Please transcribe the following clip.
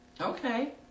Okay